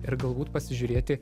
ir galbūt pasižiūrėti